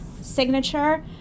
signature